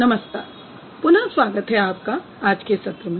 नमस्कार पुनः स्वागत है आपका आज के सत्र में